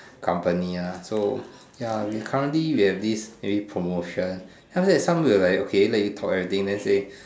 company ah so ya we currently we have this maybe promotion then after that some will like okay let you talk like that then they say